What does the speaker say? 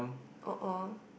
orh orh